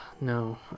No